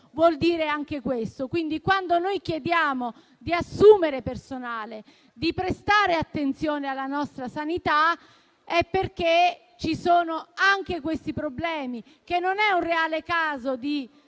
vuol dire anche questo. Quindi, quando noi chiediamo di assumere personale e di prestare attenzione alla nostra sanità, è perché esistono anche questi problemi. Questo non è un reale caso di